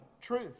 truth